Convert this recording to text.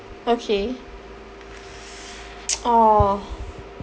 okay orh